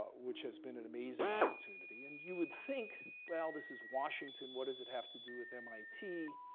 which has been an amazing opportunity. and you would think, well, this is washington, what does it have to do with mit?